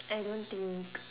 I don't think